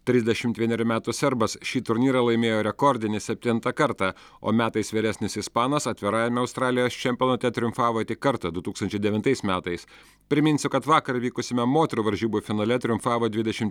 trisdešimt vienerių metų serbas šį turnyrą laimėjo rekordinį septintą kartą o metais vyresnis ispanas atvirajame australijos čempionate triumfavo tik kartą du tūkstančiai devintai metais priminsiu kad vakar vykusiame moterų varžybų finale triumfavo dvidešimt